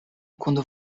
kun